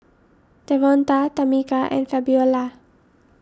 Devonta Tamica and Fabiola